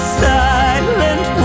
silent